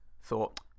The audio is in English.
thought